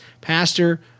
Pastor